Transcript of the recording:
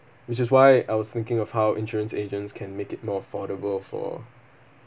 which is why I was thinking of how insurance agents can make it more affordable for